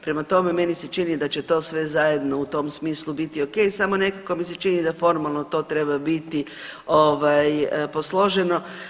Prema tome, meni se čini da će to sve zajedno u tom smislu biti okej, samo nekako mi se čini da formalno to treba biti ovaj posloženo.